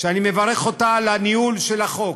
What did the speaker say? אני מברך אותה על הניהול של החוק